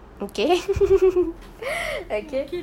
okay okay